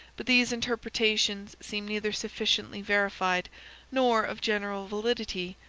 but these interpretations seem neither sufficiently verified nor of general validity,